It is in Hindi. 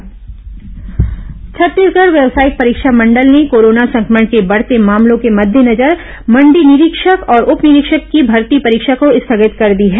मंडी निरीक्षक परीक्षा स्थगित छत्तीसगढ़ व्यावसायिक परीक्षा मंडल ने कोरोना संक्रमण के बढ़ते मामलों के मद्देनजर मंडी निरीक्षक और उप निरीक्षक की भर्ती परीक्षा को स्थगित कर दी है